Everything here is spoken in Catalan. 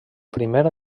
primer